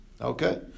Okay